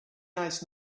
nice